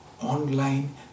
online